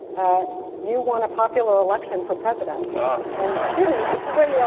you won a popular election for president and didn't win yeah